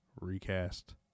Recast